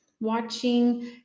watching